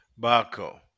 Baco